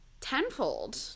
tenfold